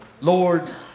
Lord